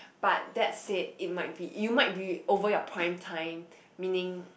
but that said it might be you might be over your prime time meaning